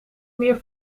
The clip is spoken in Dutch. meer